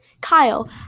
Kyle